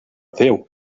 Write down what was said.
déu